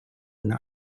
уонна